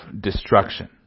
destruction